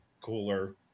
cooler